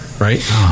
Right